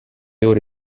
ore